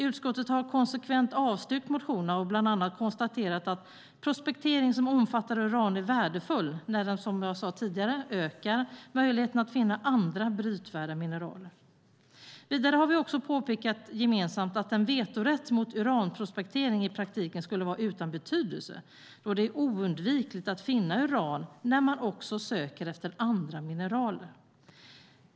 Utskottet har konsekvent avstyrkt motionerna och bland annat konstaterat att prospektering som omfattar uran är värdefull då den, som jag sade tidigare, ökar möjligheten att finna andra brytvärda mineraler. Vidare har vi påpekat gemensamt att en vetorätt mot uranprospektering i praktiken skulle vara utan betydelse, då det är oundvikligt att finna uran när man söker efter andra mineraler.